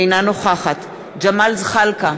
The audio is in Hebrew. אינה נוכחת ג'מאל זחאלקה,